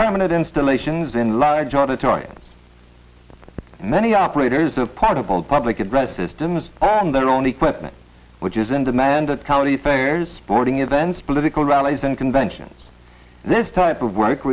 permanent installations in large auditorium and many operators of probable public address systems on their own equipment which is in demand that county fairs sporting events political rallies and conventions this type of work